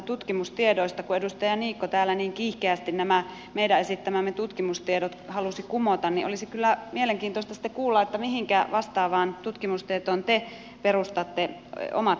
kun edustaja niikko täällä niin kiihkeästi nämä meidän esittämämme tutkimustiedot halusi kumota niin olisi kyllä mielenkiintoista sitten kuulla mihinkä vastaavaan tutkimustietoon te perustatte omat esityksenne